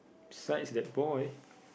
besides that boy